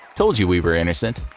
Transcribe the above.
told you we were innocent.